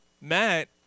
Matt